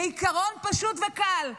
בעיקרון פשוט וקל: